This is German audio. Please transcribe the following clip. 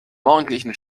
morgendlichen